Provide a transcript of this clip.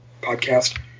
podcast